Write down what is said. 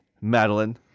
Madeline